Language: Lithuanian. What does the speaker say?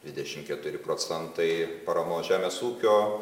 dvidešimt keturi procentai paramos žemės ūkio